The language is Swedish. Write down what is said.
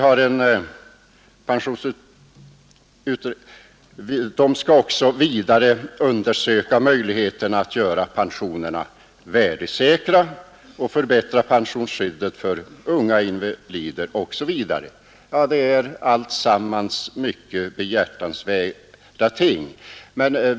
Utredningen skall vidare undersöka möjligheterna att göra pensionerna värdesäkra, att förbättra pensionsskyddet för unga invalider osv alltsammans mycket behjärtansvärda ting.